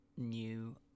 new